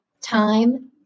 time